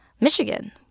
Michigan